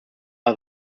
are